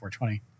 420